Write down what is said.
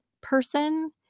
person